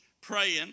praying